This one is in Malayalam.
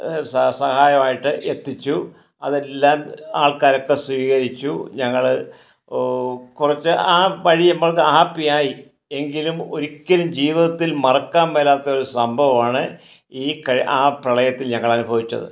സഹായമായിട്ട് എത്തിച്ചു അത് എല്ലാം ആൾക്കാരൊക്കെ സ്വീകരിച്ചു ഞങ്ങൾ കുറച്ച് ആ വഴി നമ്മൾ ഹാപ്പി ആയി എങ്കിലും ഒരിക്കലും ജീവിതത്തിൽ മറക്കാൻ മേലാത്ത ഒരു സംഭവമാണ് ഈ കഴിഞ്ഞ ആ പ്രളയത്തിൽ ഞങ്ങൾ അനുഭവിച്ചത്